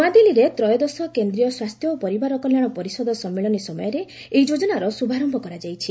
ନୂଆଦିଲ୍ଲୀରେ ତ୍ରୟୋଦଶ କେନ୍ଦ୍ରୀୟ ସ୍ୱାସ୍ଥ୍ୟ ଓ ପରିବାର କଲ୍ୟାଣ ପରିଷଦ ସମ୍ମିଳନୀ ସମୟରେ ଏହି ଯୋଜନାର ଶୁଭାରମ୍ଭ କରାଯାଇଛି